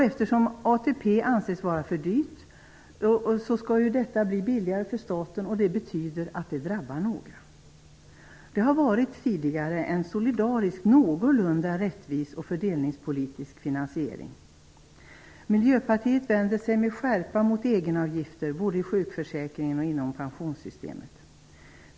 Eftersom ATP anses vara för dyrt skall det föreslagna systemet bli billigare för staten, och det betyder att det drabbar några. Det har tidigare varit en solidarisk och fördelningspolitiskt någorlunda rättvis finansiering. Miljöpartiet vänder sig med skärpa mot egenavgifter både i sjukförsäkringen och inom pensionssystemet.